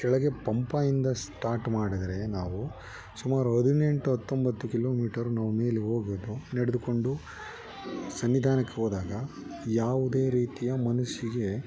ಕೆಳಗೆ ಪಂಪಾದಿಂದ ಸ್ಟಾಟ್ ಮಾಡಿದ್ರೆ ನಾವು ಸುಮಾರು ಹದಿನೆಂಟು ಹತ್ತೊಂಬತ್ತು ಕಿಲೋಮೀಟರ್ ನಾವು ಮೇಲೆ ಹೋಗಿಬಿಟ್ಟು ನಡೆದುಕೊಂಡು ಸನ್ನಿಧಾನಕ್ಕೆ ಹೋದಾಗ ಯಾವುದೇ ರೀತಿಯ ಮನಸ್ಸಿಗೆ